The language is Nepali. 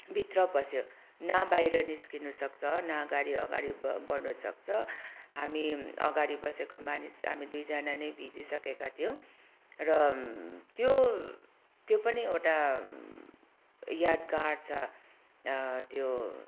भित्र पस्यो न बाहिर निस्किनु सक्छ न अगाडि अगाडि बढ्नु सक्छ हामी अगाडि बसेको मानिस हामी दुईजाना नै भिजिसकेका थियौँ र त्यो त्यो पनि एउटा यादगार छ त्यो